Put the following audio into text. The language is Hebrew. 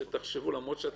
שתחשבו עליו עוד פעם.